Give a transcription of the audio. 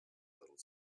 little